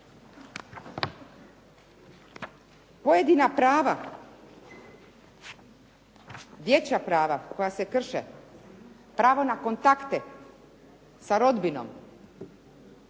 Pojedina prava, dječja prava koja se krše, pravo na kontakte sa rodbinom